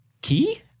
Key